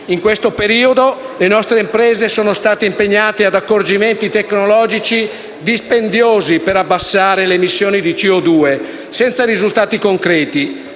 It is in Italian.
In questo periodo le nostre imprese sono state impegnate ad adottare accorgimenti tecnologici dispendiosi per abbassare le emissioni di CO2, senza risultati concreti,